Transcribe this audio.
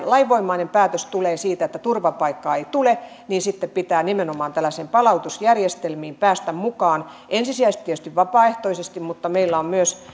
lainvoimainen päätös tulee siitä että turvapaikkaa ei tule pitää sitten nimenomaan tällaisiin palautusjärjestelmiin päästä mukaan ensisijaisesti tietysti vapaaehtoisesti mutta meillä on myös